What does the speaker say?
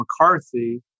McCarthy